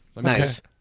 Nice